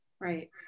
Right